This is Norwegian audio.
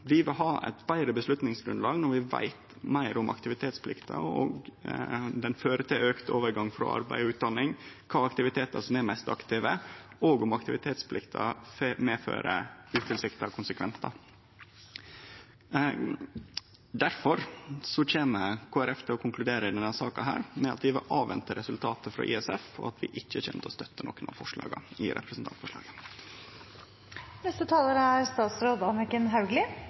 Vi vil ha eit betre avgjerdsgrunnlag når vi veit meir om aktivitetsplikta – om ho fører til auka overgang frå arbeid og utdanning, kva aktivitetar som er mest aktive, og om aktivitetsplikta kan ha utilsikta konsekvensar. Difor kjem Kristeleg Folkeparti i denne saka til å konkludere med at vi vil avvente resultatet frå ISF, og at vi ikkje kjem til å støtte nokon av forslaga i representantforslaget. Det er